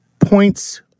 points